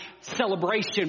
celebration